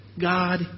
God